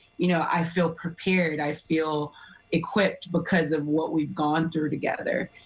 you know i feel prepared, i feel equipped because of what we've gone through together.